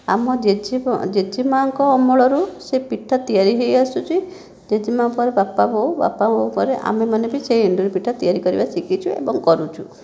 ଆମ ଜେଜେ ମା'ଙ୍କ ଅମଳରୁ ସେ ପିଠା ତିଆରି ହୋଇଆସୁଛି ଜେଜେ ମା'ଙ୍କ ପରେ ବାପା ବୋଉ ବାପା ବୋଉଙ୍କ ପରେ ବି ଆମେମାନେ ବି ସେହି ଏଣ୍ଡୁରି ପିଠା ତିଆରି କରିବା ଶିଖିଛୁ ଏବଂ କରୁଛୁ